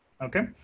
Okay